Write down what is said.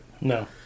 No